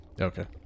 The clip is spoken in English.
Okay